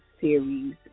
series